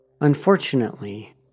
Unfortunately